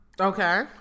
Okay